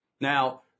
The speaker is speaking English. Now